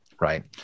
right